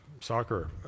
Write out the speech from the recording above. soccer